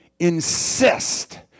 Insist